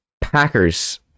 Packers